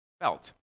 felt